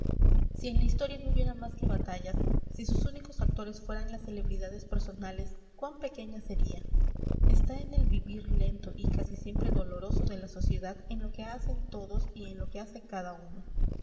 si en la historia no hubiera más que batallas si sus únicos actores fueran las celebridades personales cuán pequeña sería está en el vivir lento y casi siempre doloroso de la sociedad en lo que hacen todos y en lo que hace cada uno